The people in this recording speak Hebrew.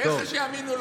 תאר לך שיאמינו לו.